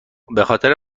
خاطر